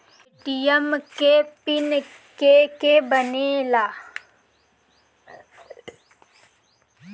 ATM के PIN के के बनेला?